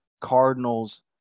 Cardinals